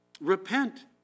Repent